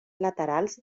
laterals